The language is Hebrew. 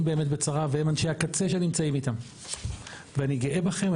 באמת בצורה והם אנשי הקצה שנמצאים איתם ואני גאה בכם,